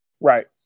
right